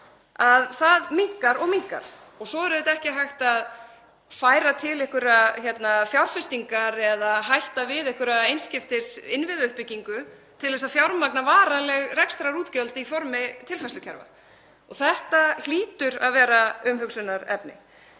breytt minnkar og minnkar. Svo er auðvitað ekki hægt að færa til einhverjar fjárfestingar eða hætta við einhverja einskiptisinnviðauppbyggingu til að fjármagna varanleg rekstrarútgjöld í formi tilfærslukerfa. Þetta hlýtur að vera umhugsunarefni.